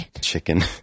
chicken